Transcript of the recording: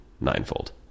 Ninefold